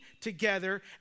Together